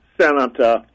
Senator